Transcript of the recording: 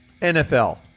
NFL